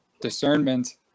Discernment